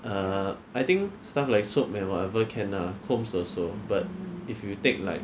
err I think stuff like soap and whatever can ah combs also but if you take like